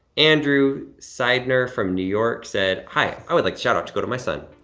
andrew sidner from new york said, hi, i would like shout-out to go to my son,